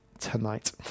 tonight